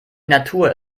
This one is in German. natur